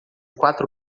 quatro